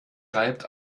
reibt